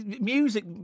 music